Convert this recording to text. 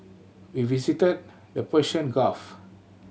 we visited the Persian Gulf